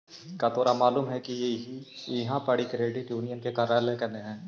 का तोरा मालूम है कि इहाँ पड़ी क्रेडिट यूनियन के कार्यालय कने हई?